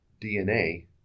DNA